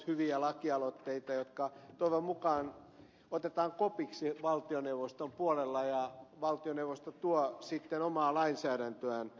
hyviä lakialoitteita jotka toivon mukaan otetaan kopiksi valtioneuvoston puolella ja joiden pohjalta valtioneuvosto tuo sitten omaa lainsäädäntöään tänne